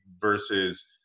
versus